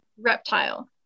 reptile